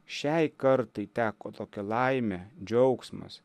šiai kartai teko tokia laimė džiaugsmas